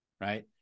right